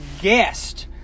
guest